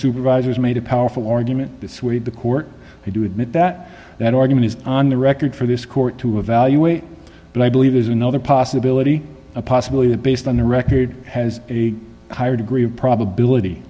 supervisors made a powerful argument that swayed the court i do admit that that argument is on the record for this court to evaluate but i believe is another possibility a possibility that based on the record has a higher degree of probability